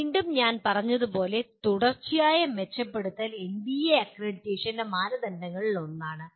വീണ്ടും ഞാൻ പറഞ്ഞതുപോലെ തുടർച്ചയായ മെച്ചപ്പെടുത്തൽ എൻബിഎ അക്രഡിറ്റേഷന്റെ മാനദണ്ഡങ്ങളിലൊന്നാണ്